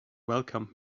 welcomed